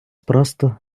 просто